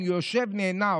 אני יושב נהנה,